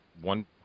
one